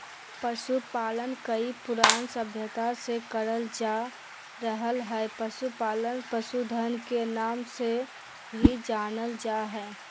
पशुपालन कई पुरान सभ्यता से करल जा रहल हई, पशुपालन पशुधन के नाम से भी जानल जा हई